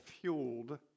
Fueled